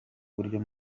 buryo